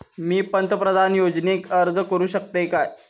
मी पंतप्रधान योजनेक अर्ज करू शकतय काय?